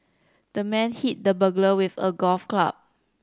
the man hit the burglar with a golf club